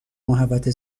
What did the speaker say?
محوطه